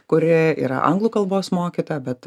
kuri yra anglų kalbos mokytoja bet